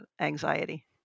anxiety